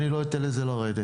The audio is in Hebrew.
אני לא אתן לזה לרדת.